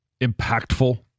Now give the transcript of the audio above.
impactful